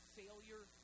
failure